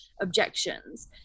objections